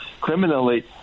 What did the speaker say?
criminally